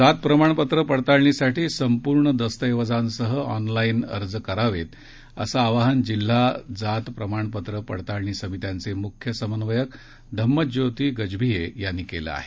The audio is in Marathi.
जात प्रमाणपत्र पडताळणीसाठी संपूर्ण दस्तऐवजांसह ऑनलाईन अर्ज करावेत असं आवाहन जिल्हा जात प्रमाणपत्र पडताळणी समित्यांचे मुख्य समन्वयक धम्मज्योती गजभिये यांनी केलं आहे